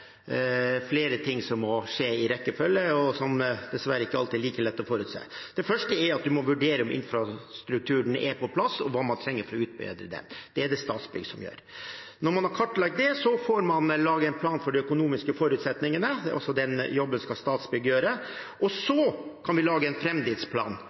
første er at en må vurdere om infrastrukturen er på plass, og hva man trenger for å utbedre den. Det er det Statsbygg som gjør. Når man har kartlagt det, kan man lage en plan for de økonomiske forutsetningene. Også den jobben skal Statsbygg gjøre. Så kan vi lage en framdriftsplan og